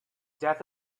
death